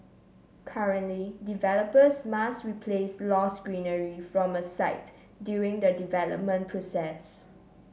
currently developers must replace lost greenery from a site during the development process